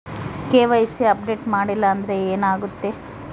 KYC update ಮಾಡಿಲ್ಲ ಅಂದ್ರೆ ಏನಾಗುತ್ತೆ?